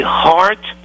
heart